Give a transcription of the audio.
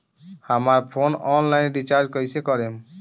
हमार phone online recharge कईसे करेम?